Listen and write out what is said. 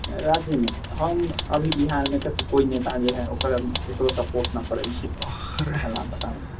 राज्यमे हम अभी बिहारमे तऽ कोइ नेता जे है ओकर ककरो सपोर्ट नहि करै छी काहे लए बताउ